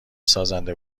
سازنده